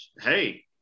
hey